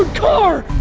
car!